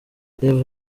rev